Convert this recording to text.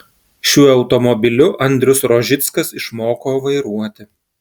šiuo automobiliu andrius rožickas išmoko vairuoti